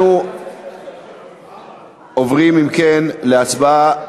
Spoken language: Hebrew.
אנחנו עוברים, אם כן, להצבעה